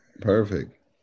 Perfect